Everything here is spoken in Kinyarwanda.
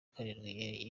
karindwi